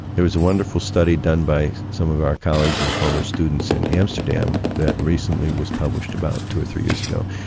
there was a wonderful study done by some of our colleagues and former students in amsterdam that recently was published about two or three years ago.